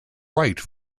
write